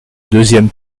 deuxième